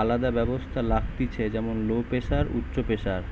আলদা ব্যবস্থা লাগতিছে যেমন লো প্রেসার, উচ্চ প্রেসার